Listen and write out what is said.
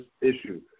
issue